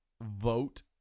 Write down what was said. vote